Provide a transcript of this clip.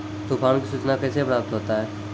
तुफान की सुचना कैसे प्राप्त होता हैं?